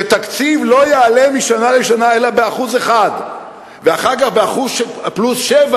שתקציב לא יעלה משנה לשנה אלא באחוז אחד ואחר כך באחוז פלוס 7,